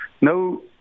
no